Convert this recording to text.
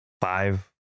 five